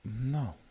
No